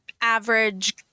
average